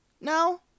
No